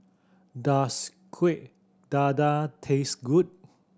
does Kuih Dadar taste good